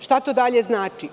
Šta to dalje znači?